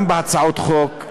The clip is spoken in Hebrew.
גם בהצעות החוק,